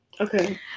okay